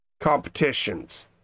competitions